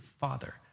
Father